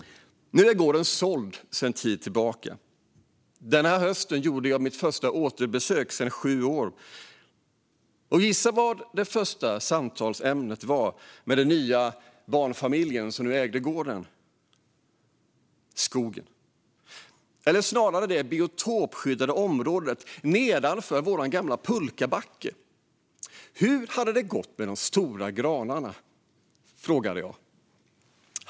Nu är gården såld sedan en tid tillbaka. Denna höst gjorde jag mitt första återbesök på sju år. Gissa vad det första samtalsämnet var med den nya barnfamiljen som ägde gården. Det var skogen, eller snarare det biotopskyddade området nedanför vår gamla pulkabacke. Jag frågade: Hur hade det gått med de stora granarna?